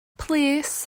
plîs